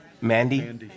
Mandy